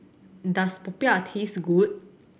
does popiah taste good